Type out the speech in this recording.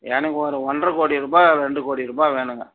எனக்கு ஒரு ஒன்றரை கோடி ரூபா ரெண்டு கோடி ரூபா வேணும்ங்க